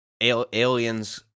aliens